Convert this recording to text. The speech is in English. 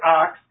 ox